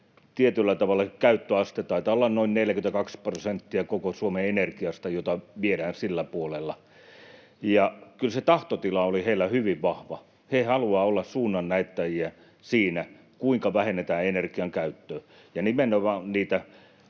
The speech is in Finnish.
tietyllä tavalla se suurin käyttöaste — taitaa olla noin 42 prosenttia koko Suomen energiasta sillä puolella. Kyllä se tahtotila oli heillä hyvin vahva. He haluavat olla suunnannäyttäjiä siinä, kuinka vähennetään energiankäyttöä